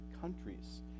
countries